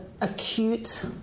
acute